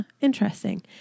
Interesting